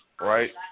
right